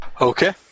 Okay